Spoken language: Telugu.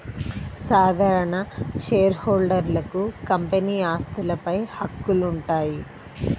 సాధారణ షేర్హోల్డర్లకు కంపెనీ ఆస్తులపై హక్కులు ఉంటాయి